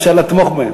הממשלה תתמוך בהם.